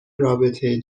رابطه